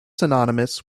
synonymous